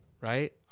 right